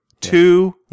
two